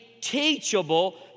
teachable